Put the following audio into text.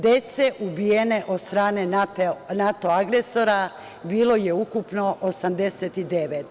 Dece ubijene od strane NATO agresora bilo je ukupno 89.